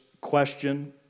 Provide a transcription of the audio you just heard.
question